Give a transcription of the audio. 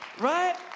Right